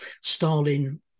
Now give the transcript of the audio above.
stalin